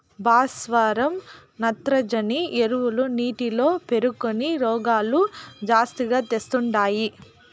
భాస్వరం నత్రజని ఎరువులు నీటిలో పేరుకొని రోగాలు జాస్తిగా తెస్తండాయి